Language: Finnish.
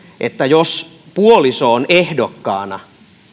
että jos puoliso on ehdokkaana